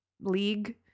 league